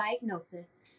diagnosis